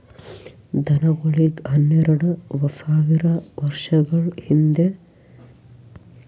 ದನಗೋಳಿಗ್ ಹನ್ನೆರಡ ಸಾವಿರ್ ವರ್ಷಗಳ ಹಿಂದ ತಿನಸಲೆಂದ್ ಮತ್ತ್ ಹೋರಿ ಹೊರದ್ ಮೃಗಗಳಾಗಿ ಸಕ್ತಾರ್